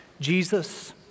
Jesus